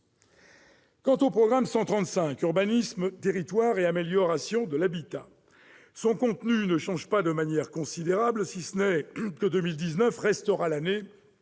Quant au programme 135, « Urbanisme, territoires et amélioration de l'habitat », son contenu ne change pas de manière considérable, si ce n'est que 2019 restera l'année de